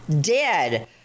dead